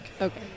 Okay